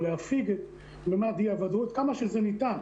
או להפיג למה אי ודאות כמה שזה ניתן.